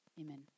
Amen